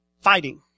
fighting